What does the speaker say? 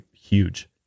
huge